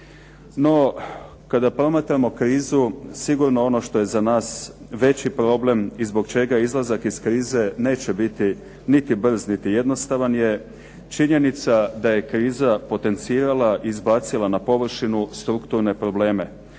No kada promatramo krizu sigurno ono što je za nas veći problem i zbog čega izlazak iz krize neće biti niti brz niti jednostavan je činjenica da je kriza potencijala izbacila na površinu strukturne probleme,